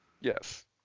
Yes